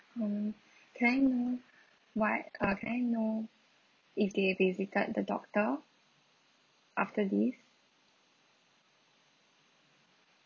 um can I know what uh can I know if they visited the doctor after this